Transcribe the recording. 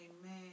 Amen